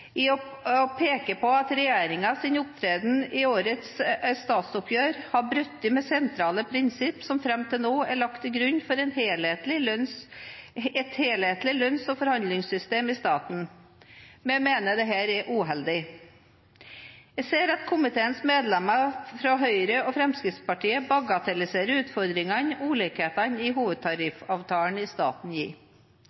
SV i å peke på at regjeringens opptreden i årets statsoppgjør har brutt med sentrale prinsipp som fram til nå er lagt til grunn for et helhetlig lønns- og forhandlingssystem i staten. Vi mener dette er uheldig. Jeg ser at komiteens medlemmer fra Høyre og Fremskrittspartiet bagatelliserer utfordringene ulikhetene i